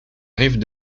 rive